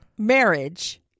Marriage